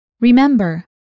Remember